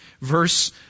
verse